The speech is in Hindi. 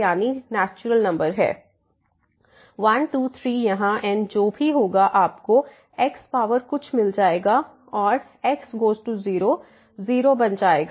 1 2 3 यहाँ n जो भी होगा आपको x पावर कुछ मिल जाएगा और xगोज़ टू 0 0 बन जाएगा